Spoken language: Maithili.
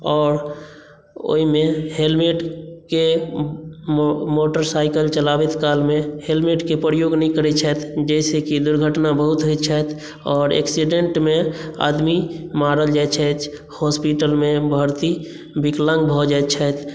आओर ओहिमे हेलमेट केँ मोटरसाइकिल चलाबैत कालमे हेलमेटकेँ प्रयोग नहि करैत छथि जइसे कि दुर्घटना बहुत होयत छथि और एक्सीडेंटमे आदमी मारल जायत छथि हॉस्पिटलमे भर्ती विकलांग भऽ जायत छथि